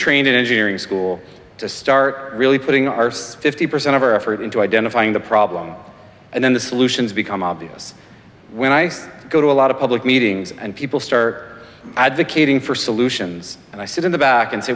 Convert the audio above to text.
trained in engineering school to start really putting arse fifty percent of our effort into identifying the problem and then the solutions become obvious when i go to a lot of public meetings and people start advocating for solutions and i sit in the back and say